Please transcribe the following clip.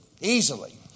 easily